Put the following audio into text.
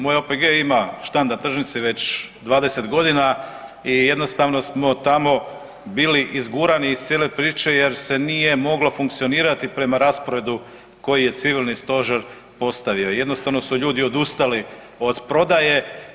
Moj OPG ima štand na tržnici već 20 godina i jednostavno smo tamo bili izgurani iz cijele priče jer se nije moglo funkcionirati prema rasporedu koji je civilni stožer postavio, jednostavno su ljudi odustali od prodaje.